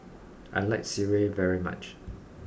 I like Sireh very much